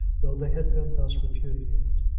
though they had been thus repudiated!